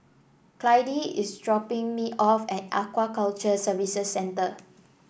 Clydie is dropping me off at Aquaculture Services Centre